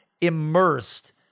immersed